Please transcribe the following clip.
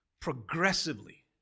progressively